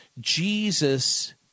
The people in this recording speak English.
Jesus